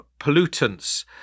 pollutants